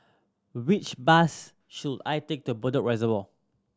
which bus should I take to Bedok Reservoir